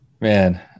Man